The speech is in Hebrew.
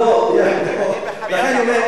לכן אני אומר,